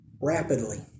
rapidly